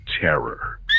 Terror